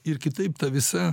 ir kitaip ta visa